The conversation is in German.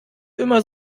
immer